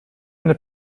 eine